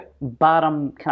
bottom